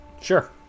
Sure